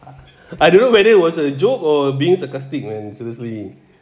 I don't know whether it was a joke or being sarcastic man seriously